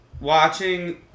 Watching